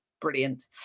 brilliant